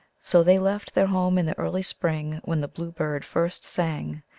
so they left their home in the early spring when the bluebird first sang,